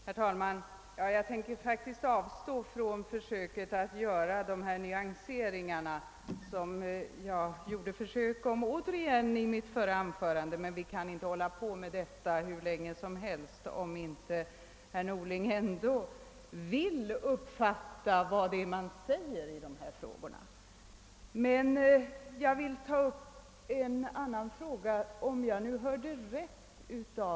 Herr talman! Jag tänker faktiskt avstå från att återigen göra de nyanseringar som jag försökte göra i mitt förra anförande. Men vi kan inte hålla på med detta hur länge som helst, om inte herr Norling ändå vill uppfatta vad det är man säger i dessa frågor. Jag tänker emellertid ta upp en annan fråga, om jag nu hörde rätt.